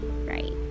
right